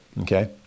Okay